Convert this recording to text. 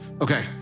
Okay